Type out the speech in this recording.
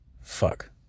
fuck